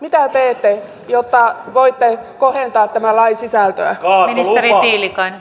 mitä teette jotta voitte kohentaa tämän lain sisältöä